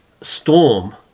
Storm